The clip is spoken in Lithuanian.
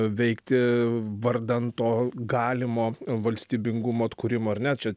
veikti vardan to galimo valstybingumo atkūrimo ar ne čia